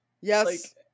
Yes